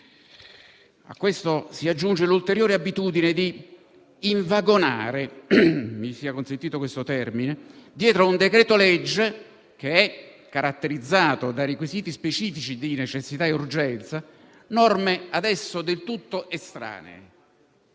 A ciò si aggiunge l'ulteriore abitudine di "invagonare" - mi sia consentito questo termine - dietro un decreto-legge, caratterizzato da requisiti specifici di necessità e urgenza, norme ad esso del tutto estranee.